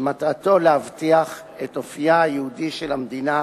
שמטרתו להבטיח את אופיה היהודי של המדינה,